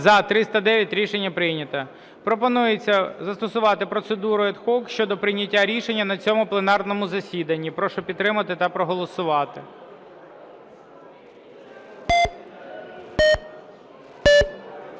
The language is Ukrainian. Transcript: За-309 Рішення прийнято. Пропонується застосувати процедуру ad hoc щодо прийняття рішення на цьому пленарному засіданні. Прошу підтримати та проголосувати.